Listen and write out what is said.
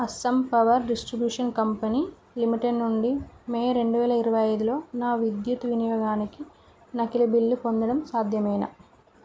Assam power distribution company limited నుండి May రెండు వేల ఇరవై ఐదులో నా విద్యుత్ వినియోగానికి నకిలీ బిల్లు పొందడం సాధ్యమేనా